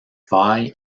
faille